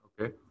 Okay